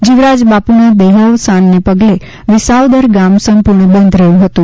જીવરાજબાપુના દેહાવસાનને પગલે વિસાવદર ગામ સંપૂર્ણ બંધ રહ્યું હતું